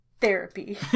therapy